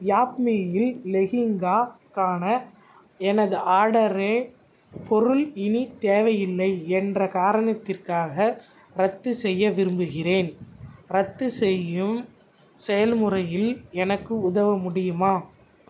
யாப்மீயில் லெஹிங்காக்கான எனது ஆர்டரை பொருள் இனி தேவையில்லை என்ற காரணத்திற்காக ரத்து செய்ய விரும்புகிறேன் ரத்து செய்யும் செயல்முறையில் எனக்கு உதவ முடியுமா